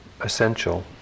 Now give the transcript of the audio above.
essential